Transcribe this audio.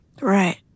Right